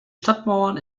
stadtmauern